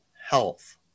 health